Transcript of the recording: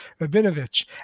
Rabinovich